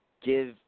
give